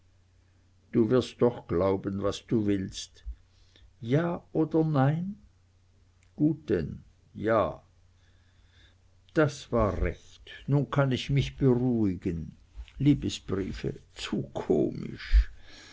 du wirst doch glauben was du willst ja oder nein gut denn ja das war recht nun kann ich mich beruhigen liebesbriefe zu komisch